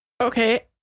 Okay